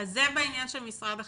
זה בעניין של משרד החינוך.